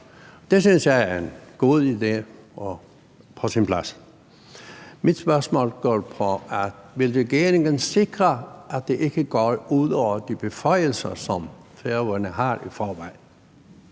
Det synes jeg er en god idé og på sin plads. Mit spørgsmål går på: Vil regeringen sikre, at det ikke går ud over de beføjelser, som Færøerne har i forvejen?